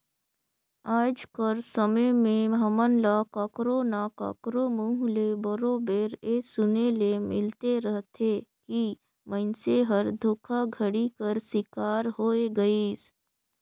आएज कर समे में हमन ल काकरो ना काकरो मुंह ले बरोबेर ए सुने ले मिलते रहथे कि मइनसे हर धोखाघड़ी कर सिकार होए गइस